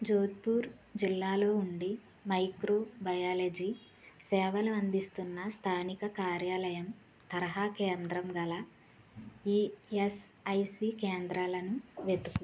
జోధ్పూర్ జిల్లాలో ఉండి microbiology సేవలు అందిస్తున్న స్థానిక కార్యాలయం తరహా కేంద్రంగల ఇఎస్ఐసి కేంద్రాలను వెతుకు